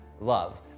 Love